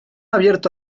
abierto